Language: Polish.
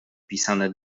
pisane